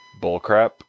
bullcrap